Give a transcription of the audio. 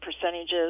percentages